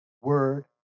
word